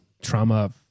trauma